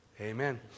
Amen